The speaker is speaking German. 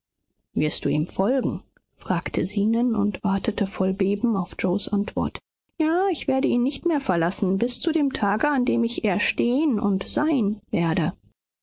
wirst du ihm folgen fragte zenon und wartete voll beben auf yoes antwort ja ich werde ihn nicht mehr verlassen bis zu dem tage an dem ich erstehen und sein werde